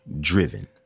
driven